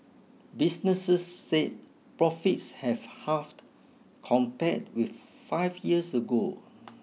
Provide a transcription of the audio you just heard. businesses said profits have halved compared with five years ago